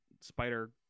spider